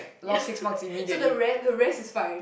yeah so the rest the rest is fine